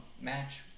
match